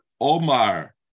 Omar